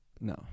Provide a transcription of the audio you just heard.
No